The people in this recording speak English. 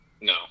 No